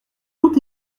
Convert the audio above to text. tout